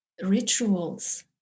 rituals